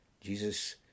Jesus